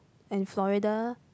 and Florida